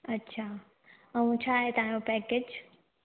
अच्छा ऐं छाहे तव्हांजो पेकेज